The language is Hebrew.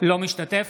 לא משתתף?